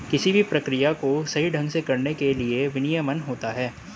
किसी भी प्रक्रिया को सही ढंग से करने के लिए भी विनियमन होता है